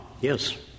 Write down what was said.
Yes